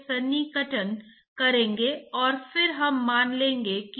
और रक्त में कोलेस्ट्रॉल की सांद्रता के आधार पर एक पूर्ण निदान पर एक मजबूत प्रभाव पड़ता है